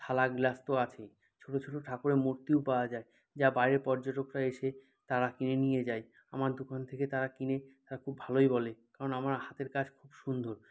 থালা গ্লাস তো আছেই ছোট ছোট ঠাকুরের মূর্তিও পাওয়া যায় যা বাইরের পর্যটকরা এসে তারা কিনে নিয়ে যায় আমার দোকান থেকে তারা কিনে তারা খুব ভালোই বলে কারণ আমার হাতের কাজ খুব সুন্দর